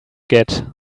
get